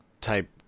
type